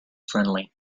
friendly